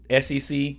SEC